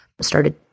started